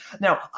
Now